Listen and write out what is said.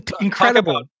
incredible